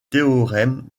théorème